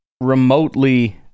remotely